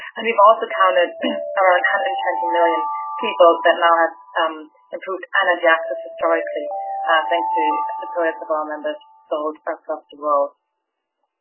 and we've also counted around one hundred and twenty million people that now have um improved energy access historically thanks to the products of our members sold across the world.